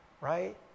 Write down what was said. right